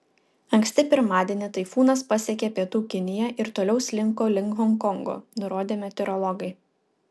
anksti pirmadienį taifūnas pasiekė pietų kiniją ir toliau slinko link honkongo nurodė meteorologai